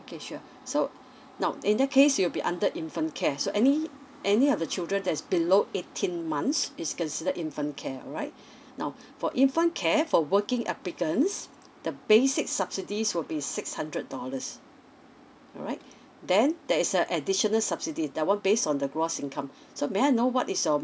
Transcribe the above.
okay sure so now in that case it will be under infant care so any any of the children that's below eighteen months is consider infant care alright now for infant care for working applicants the basic subsidies will be six hundred dollars alright then there is a additional subsidies that one base on the gross income so may I know what is your